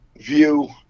view